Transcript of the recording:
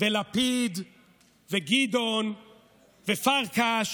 ולפיד וגדעון ופרקש,